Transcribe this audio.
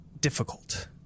difficult